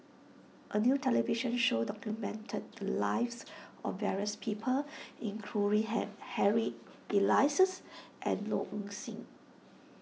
a new television show documented the lives of various people including Ha Harry Elias and Low Ing Sing